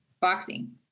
boxing